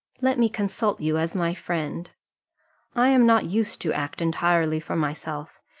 let me consult you as my friend i am not used to act entirely for myself,